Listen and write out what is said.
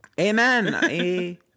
Amen